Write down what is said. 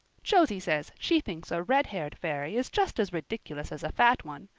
josie says she thinks a red-haired fairy is just as ridiculous as a fat one,